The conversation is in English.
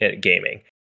gaming